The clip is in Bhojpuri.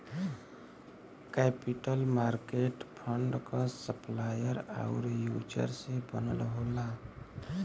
कैपिटल मार्केट फंड क सप्लायर आउर यूजर से बनल होला